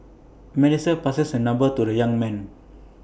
Melissa passes her number to the young man